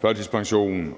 førtidspension,